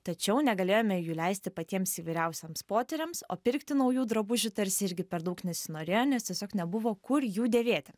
tačiau negalėjome jų leisti patiems įvairiausiems potyriams o pirkti naujų drabužių tarsi irgi per daug nesinorėjo nes tiesiog nebuvo kur jų dėvėti